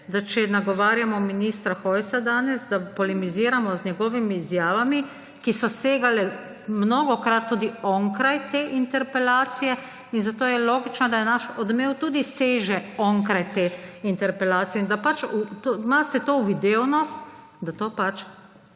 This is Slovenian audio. da če nagovarjamo ministra Hojsa danes, da polemiziramo z njegovimi izjavami, ki so segale mnogokrat tudi onkraj te interpelacije, in zato je logično, da naš odmev tudi seže onkraj te interpelacije in da pač imate to uvidevnost, da to pač